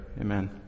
amen